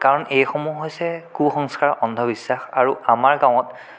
কাৰণ এইসমূহ হৈছে কুসংস্কাৰ অন্ধবিশ্বাস আৰু আমাৰ গাঁৱত